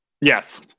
Yes